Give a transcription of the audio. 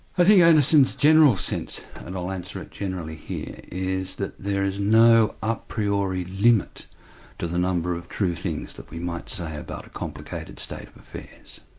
i think anderson's general sense and i'll answer it generally here, is that there is no a priori unit to the number of true things that you might say about a complicated state of affairs,